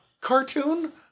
cartoon